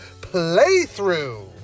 playthrough